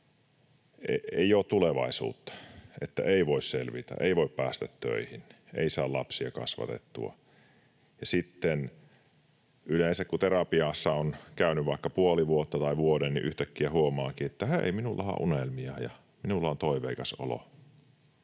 ei ole tulevaisuutta, että ei voi selvitä, ei voi päästä töihin, ei saa lapsia kasvatettua, ja sitten yleensä, kun terapiassa on käynyt vaikka puoli vuotta tai vuoden, yhtäkkiä huomaakin, että hei, minullahan on unelmia ja minulla on toiveikas olo,